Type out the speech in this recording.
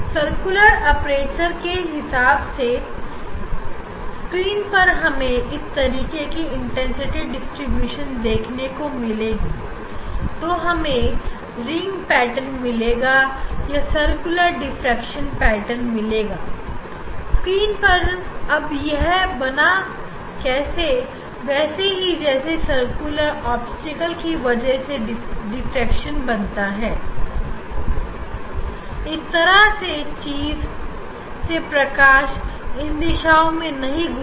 circular aperture के हिसाब से स्क्रीन पर स्क्रीन पर हमें इस तरीके के इंटेंसिटी डिस्ट्रीब्यूशन दिखेगी तो हमें रिंग पैटर्न मिलेगा या सर्कुलर डिफ्रेक्शन पेटर्न मिलेगा स्क्रीन पर अब यह बना कैसे वैसे ही जैसे सर्कुलर ऑब्सटेकल के वजह से डिफ्रेक्शन बनता है इस तरह की चीज से प्रकाश इस दिशा में नहीं गुजर सकता